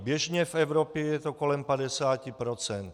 Běžně v Evropě je to kolem 50 %.